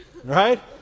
Right